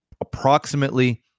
approximately